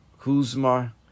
Kuzma